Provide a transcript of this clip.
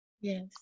yes